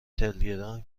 تلگرام